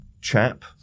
chap